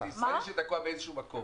ישראלי שתקוע באיזשהו מקום.